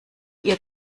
ihr